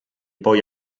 poi